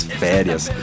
férias